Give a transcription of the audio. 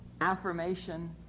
affirmation